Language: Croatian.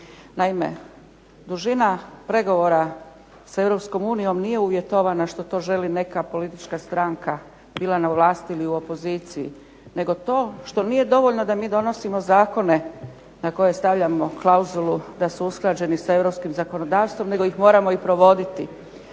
Naime, dužina pregovora s EU nije uvjetovana što to želi neka politička stranka bila na vlasti ili u opoziciji nego to što nije dovoljno da mi donosimo zakone na koje stavljamo klauzulu da su usklađeni sa europskim zakonodavstvom nego ih moramo i provoditi.